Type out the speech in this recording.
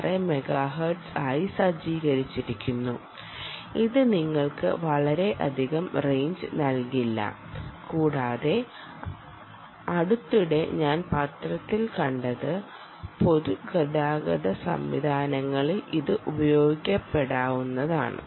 56 MHz ആയി സജ്ജീകരിച്ചിരിക്കുന്നു ഇത് നിങ്ങൾക്ക് വളരെയധികം റേഞ്ച് നൽകില്ല കൂടാതെ അടുത്തിടെ ഞാൻ പത്രത്തിൽ കണ്ടത് പൊതുഗതാഗത സംവിധാനങ്ങളിൽ ഇത് ഉപയോഗപ്പെടുത്താവുന്നതാണ്